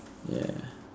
ya